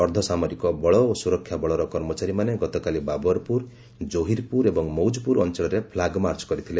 ଅର୍ଦ୍ଧସାମରିକ ବଳ ଓ ସୁରକ୍ଷାବଳର କର୍ମଚାରୀମାନେ ଗତକାଲି ବାବରପୁର କ୍ଜୋହରିପୁର ଏବଂ ମଉଜପୁର ଅଞ୍ଚଳରେ ଫ୍ଲାଗ୍ମାର୍ଚ୍ଚ କରିଥିଲେ